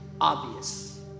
obvious